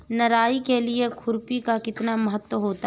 निराई के लिए खुरपी का कितना महत्व होता है?